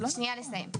רק אם אפשר לסיים.